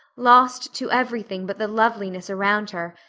lost to everything but the loveliness around her,